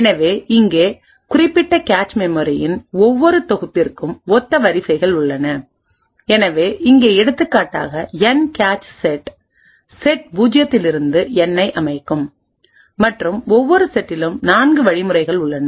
எனவே இங்கே குறிப்பிட்ட கேச்மெமரியின் ஒவ்வொரு தொகுப்பிற்கும் ஒத்த வரிசைகள் உள்ளன எனவே இங்கே எடுத்துக்காட்டாக N கேச் செட் செட் 0 இலிருந்து N ஐ அமைக்கும் மற்றும் ஒவ்வொரு செட்டிலும் 4 வழிகள் உள்ளன